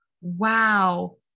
wow